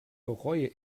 bereue